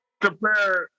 compare